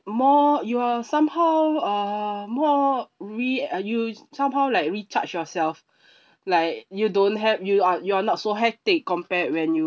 more you're somehow err more re~ uh you somehow like recharge yourself like you don't hec~ you are you're not so hectic compared when you